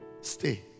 Stay